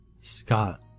Scott